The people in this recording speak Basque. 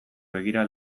begira